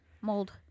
Mold